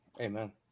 amen